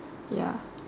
ya